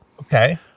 okay